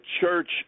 church